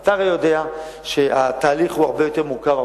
אתה הרי יודע שהתהליך הוא הרבה יותר מורכב,